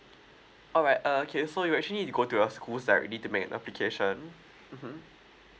alright uh okay so you actually go to the schools directly to make application mmhmm